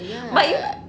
ya